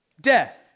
death